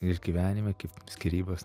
išgyvenimai kaip skyrybos